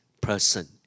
person